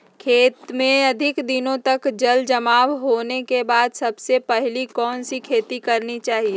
खेत में अधिक दिनों तक जल जमाओ होने के बाद सबसे पहली कौन सी खेती करनी चाहिए?